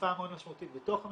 אכיפה מאוד משמעותית בתוך המסיבה,